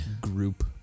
group